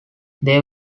they